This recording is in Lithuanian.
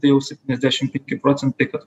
tai jau septyniasdešim penki procentai kad